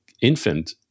infant